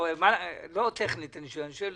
לא טכנית אני שואל,